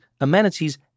amenities